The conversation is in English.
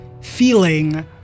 feeling